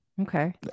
Okay